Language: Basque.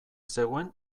zegoen